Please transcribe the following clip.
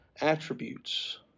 attributes